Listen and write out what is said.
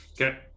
Okay